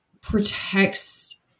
protects